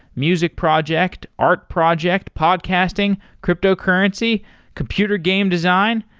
music project, art project, podcasting, cryptocurrency, computer game design.